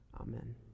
Amen